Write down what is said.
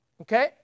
okay